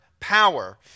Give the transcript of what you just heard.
Power